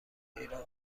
ایران